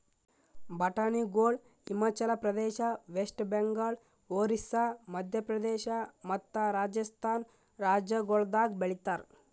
ಬಟಾಣಿಗೊಳ್ ಹಿಮಾಚಲ ಪ್ರದೇಶ, ವೆಸ್ಟ್ ಬೆಂಗಾಲ್, ಒರಿಸ್ಸಾ, ಮದ್ಯ ಪ್ರದೇಶ ಮತ್ತ ರಾಜಸ್ಥಾನ್ ರಾಜ್ಯಗೊಳ್ದಾಗ್ ಬೆಳಿತಾರ್